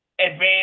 advanced